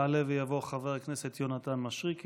יעלה ויבוא חבר הכנסת יונתן מישרקי,